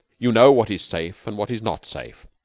you know what is safe and what is not safe.